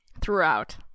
throughout